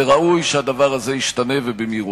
וראוי שהדבר הזה ישתנה, ובמהירות.